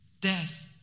death